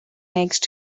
next